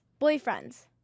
Boyfriends